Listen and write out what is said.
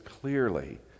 clearly